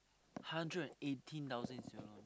hundred and eighteen thousand in student loan